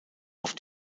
auf